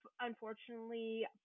unfortunately